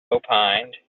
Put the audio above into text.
opined